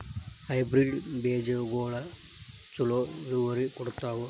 Hybrid ಬೇಜಗೊಳು ಛಲೋ ಇಳುವರಿ ಕೊಡ್ತಾವ?